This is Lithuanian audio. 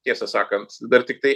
tiesą sakant dar tiktai